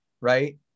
right